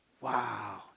wow